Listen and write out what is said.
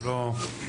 הוא לא שלנו.